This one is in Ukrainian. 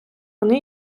вони